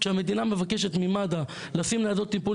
כשהמדינה מבקשת ממד"א לשים ניידות טיפול